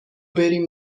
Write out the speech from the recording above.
بریم